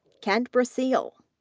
kent brasseale,